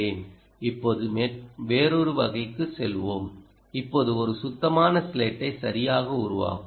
இப்போது வேறொரு வகைக்கு செல்வோம் இப்போது ஒரு சுத்தமான ஸ்லேட்டை சரியாக உருவாக்குவோம்